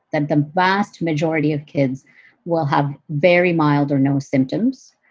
that the vast majority of kids will have very mild or no symptoms.